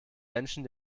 menschen